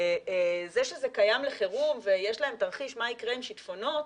זה שזה קיים לחירום ויש להם תרחיש מה יקרה עם שיטפונות,